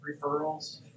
referrals